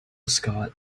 scott